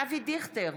אבי דיכטר,